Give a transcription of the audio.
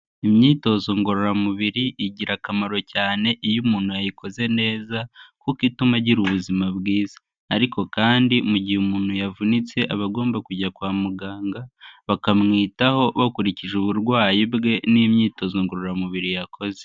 Imyitozo ngororamubiri igira akamaro cyane iyo umuntu ayikoze neza, kuko ituma agira ubuzima bwiza, ariko kandi mu gihe umuntu yavunitse aba agomba kujya kwa muganga bakamwitaho bakurikije uburwayi bwe n'imyitozo ngororamubiri yakoze.